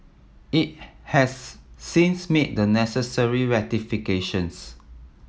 it has since made the necessary rectifications